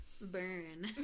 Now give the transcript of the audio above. Burn